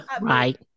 right